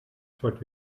zwart